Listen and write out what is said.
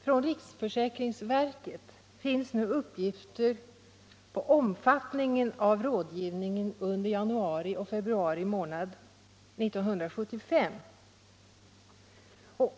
Från riksförsäkringsverket finns nu uppgifter om omfattningen av rådgivningen under januari och februari månader 1975.